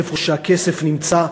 איפה שהכסף נמצא,